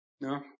No